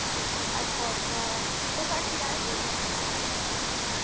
अच्छा अच्छा तुस हट्टी आए दे ओ